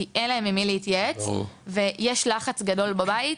כי מצד אחד אין להם עם מי להתייעץ ומצד שני יש לחץ מאוד גדול גם בבית,